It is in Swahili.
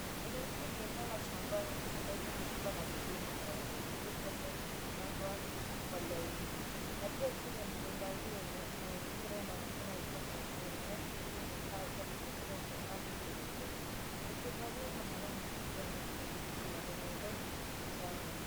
Eneo hili ni eneo la shambani, na shamba hili ni shamba la migomba. Kuna migomba mingi ambayo imepandwa kwa laini na pia chini ya mgomba hiyo, mazingira yanaonekana ikiwa mazuri, nyasi ikiwa imekatwa na kukiwa kusafi kweli kweli. Migomba hii iko na rangi ya kijani kibichi na ni mirefu sana.